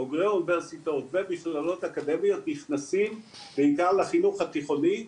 בוגרי אוניברסיטאות ומכללות אקדמיות נכנסים בעיקר לחינוך התיכוני,